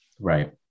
Right